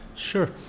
Sure